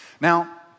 Now